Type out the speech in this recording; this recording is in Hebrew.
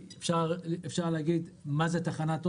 אפשר להגיד מה זה תחנת אוטובוס,